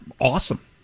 Awesome